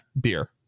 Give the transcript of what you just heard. beer